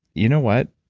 you know what?